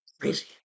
crazy